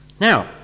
Now